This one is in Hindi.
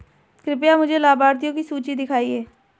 कृपया मुझे लाभार्थियों की सूची दिखाइए